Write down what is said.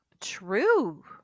true